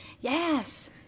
Yes